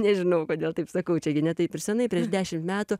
nežinau kodėl taip sakau čia gi ne taip ir senai prieš dešim metų